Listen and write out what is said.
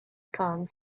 come